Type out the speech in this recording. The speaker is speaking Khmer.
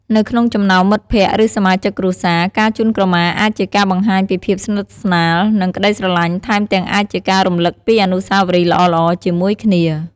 នៅក្នុងចំណោមមិត្តភ័ក្តិ ឬសមាជិកគ្រួសារ ការជូនក្រមាអាចជាការបង្ហាញពីភាពស្និទ្ធស្នាល និងក្ដីស្រលាញ់ថែមទាំងអាចជាការរំលឹកពីអនុស្សាវរីយ៍ល្អៗជាមួយគ្នា។